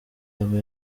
yaba